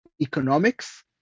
economics